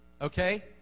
Okay